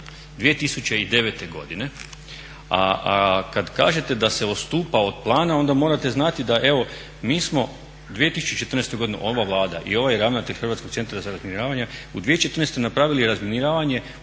2009.godine, a kad kažete da se odstupa od plana onda morate znati da evo mi smo 2014.godinu ova Vlada i ovaj ravnatelj Hrvatskog centra za razminiravanje u 2014.napravili razminiravanje